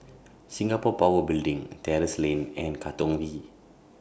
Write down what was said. Singapore Power Building Terrasse Lane and Katong V